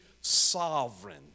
sovereign